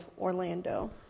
Orlando